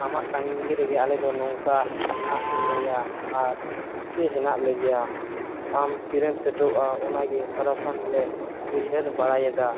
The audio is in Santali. ᱟᱢᱟᱜ ᱛᱟᱺᱜᱤ ᱨᱮᱜᱮ ᱟᱞᱮᱫᱚ ᱱᱚᱝᱠᱟ ᱢᱮᱱᱟᱜ ᱞᱮᱭᱟ ᱟᱨ ᱥᱮ ᱦᱮᱱᱟᱜ ᱞᱮᱜᱮᱭᱟ ᱟᱢ ᱛᱤᱨᱮᱢ ᱥᱮᱴᱮᱨᱚᱜᱼᱟ ᱚᱱᱟᱜᱮ ᱥᱟᱨᱟᱠᱷᱚᱱ ᱞᱮ ᱩᱭᱦᱟᱹᱨ ᱵᱟᱲᱟᱭᱮᱫᱟ